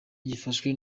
gifashwe